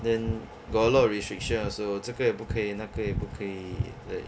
then got a lot of restriction also 这个也不可以那个也不可以